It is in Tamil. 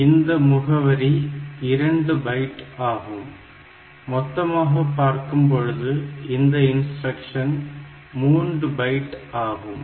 இந்த முகவரி 2 பைட் ஆகும் மொத்தமாக பார்க்கும் பொழுது இந்த இன்ஸ்டிரக்ஷன் 3 பைட் ஆகும்